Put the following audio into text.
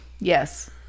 Yes